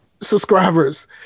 subscribers